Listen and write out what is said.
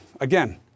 again